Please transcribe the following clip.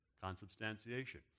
Consubstantiation